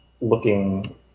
looking